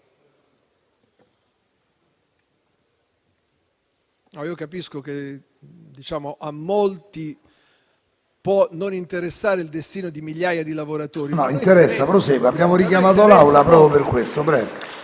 Capisco che a molti possa non interessare il destino di migliaia di lavoratori. PRESIDENTE. No, interessa. Prosegua, abbiamo richiamato l'Assemblea proprio per questo.